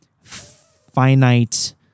finite